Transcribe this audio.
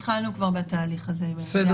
התחלנו כבר בתהליך הזה --- בסדר